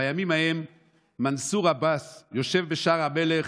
בימים ההם מנסור עבאס יושב בשער המלך,